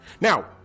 Now